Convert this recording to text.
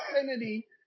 infinity